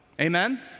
amen